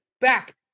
back